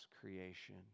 creation